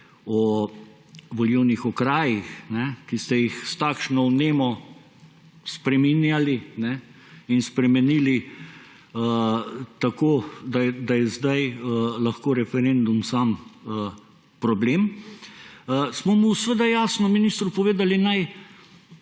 o volilnih okrajih, ki ste jih s takšno vnemo spreminjali in spremenili tako, da je zdaj lahko referendum sam problem, smo seveda jasno ministru povedali, naj